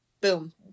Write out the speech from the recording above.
boom